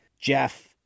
Jeff